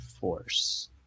Force